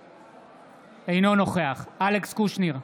אינו נוכח אלכס קושניר,